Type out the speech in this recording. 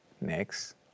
next